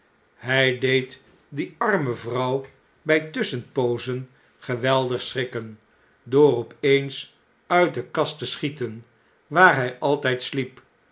eg deed die arme vrouw bij tusschenpoozen geweldig schrikken door op eens nit de kast te schieten waar hjj altijd sliep